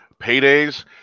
Paydays